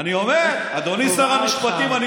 אני אומר, אדוני שר המשפטים הוא ראה אותך.